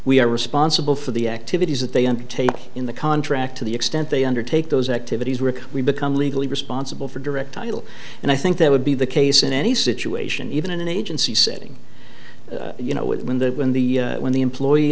we are responsible for the activities that they undertake in the contract to the extent they undertake those activities were we become legally responsible for direct title and i think that would be the case in any situation even in an agency setting you know when the when the when the employee